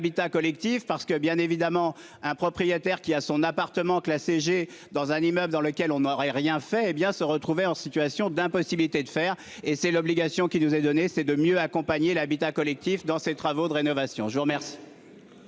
l'habitat collectif, parce que bien évidemment, un propriétaire qui a son appartement classé G dans un immeuble dans lequel on aurait rien fait, hé bien se retrouver en situation d'impossibilité de faire et c'est l'obligation qui nous est donnée, c'est de mieux accompagner l'habitat collectif dans ces travaux de rénovation. Je vous remercie.